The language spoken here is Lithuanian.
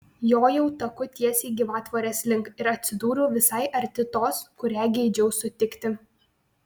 jojau taku tiesiai gyvatvorės link ir atsidūriau visai arti tos kurią geidžiau sutikti